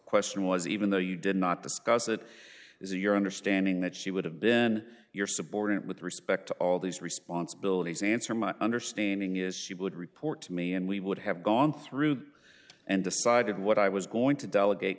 question was even though you did not discuss it is your understanding that she would have been your subordinate with respect to all these responsibilities answer my understanding is she would report to me and we would have gone through and decided what i was going to delegate